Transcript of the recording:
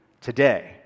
today